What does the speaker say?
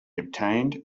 obtained